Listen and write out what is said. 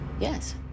Yes